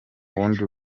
wundi